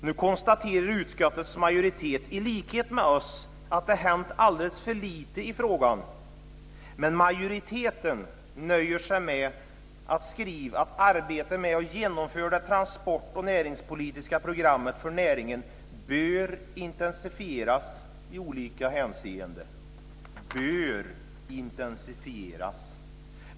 Nu konstaterar utskottets majoritet i likhet med oss att det har hänt alldeles för lite i frågan, men majoriteten nöjer sig med att skriva att arbetet med att genomföra det transport och näringspolitiska programmet för näringen bör intensifieras i olika hänseenden - bör intensifieras.